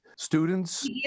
Students